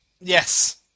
yes